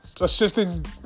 assistant